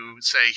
say